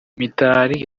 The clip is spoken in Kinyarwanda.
mitali